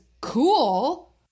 cool